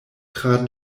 tra